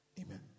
amen